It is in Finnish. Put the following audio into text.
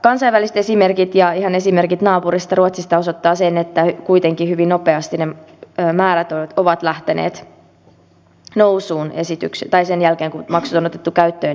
kansainväliset esimerkit ja ihan esimerkit naapurista ruotsista osoittavat sen että kuitenkin hyvin nopeasti ne määrät ovat lähteneet nousuun sen jälkeen kun maksut on otettu käyttöön